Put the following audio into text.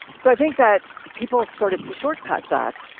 so i think that people started to shortcut that,